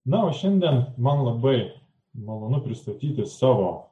na o šiandien man labai malonu pristatyti savo